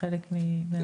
כחלק מהתקציב.